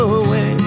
away